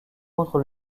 contre